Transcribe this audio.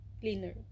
cleaner